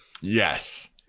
yes